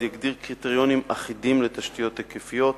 יגדיר קריטריונים אחידים לתשתיות היקפיות.